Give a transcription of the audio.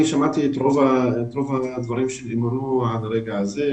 שמעתי את רוב הדברים שנאמרו עד רגע זה.